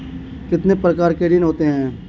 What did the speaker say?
कितने प्रकार के ऋण होते हैं?